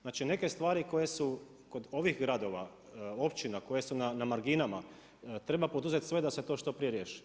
Znači, neke stvari koje su kod ovih gradova, općina koje su na marginama, treba poduzet sve da se to što prije riješi.